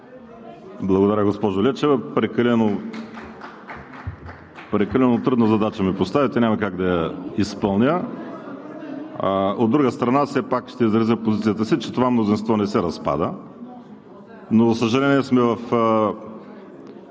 Благодаря, госпожо Лечева. Прекалено трудна задача ми поставяте, няма как да я изпълня. От друга страна, все пак ще изразя позицията си, че това мнозинство не се разпада, но, за съжаление, сме в